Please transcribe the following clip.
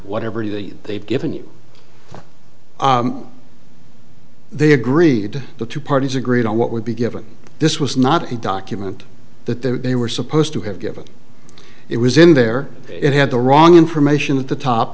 whatever the they've given you they agreed the two parties agreed on what would be given this was not the document that they were supposed to have given it was in there it had the wrong information at the top